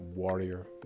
warrior